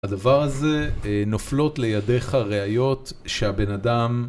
הדבר הזה נופלות לידיך ראיות שהבן אדם